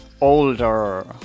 older